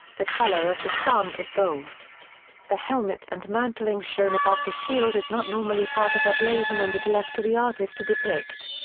the colour of the sun is gold the helmet and mantling shown above the shield is not normally part of the blazon and is left to the artist to depict.